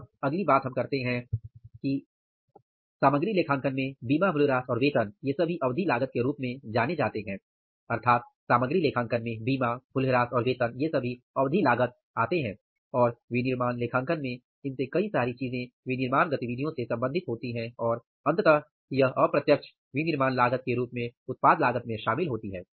इसका अर्थ है कि सामग्री लेखांकन में बीमा मूल्यह्रास और वेतन ये सभी अवधि लागत के रूप में जाने जाते हैं और विनिर्माण लेखांकन में इनमें से कई सारी चीजें विनिर्माण गतिविधियों से संबंधित होती हैं और अंततः यह अप्रत्यक्ष विनिर्माण लागत के रूप में उत्पाद लागत में शामिल होती हैं